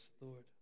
Lord